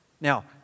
now